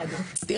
אבל הנה קטי,